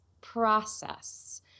process